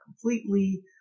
completely